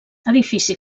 edifici